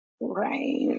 Right